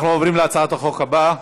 אנחנו עוברים להצעת החוק הבאה,